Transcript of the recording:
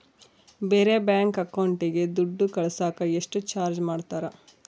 ಬೇರೆ ಬ್ಯಾಂಕ್ ಅಕೌಂಟಿಗೆ ದುಡ್ಡು ಕಳಸಾಕ ಎಷ್ಟು ಚಾರ್ಜ್ ಮಾಡತಾರ?